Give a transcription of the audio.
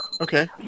Okay